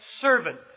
servant